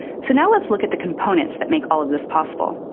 so now let's look at the components that make all of this possible.